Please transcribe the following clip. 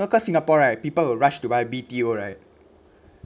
local singapore right people will rush to buy B_T_O right